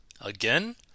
again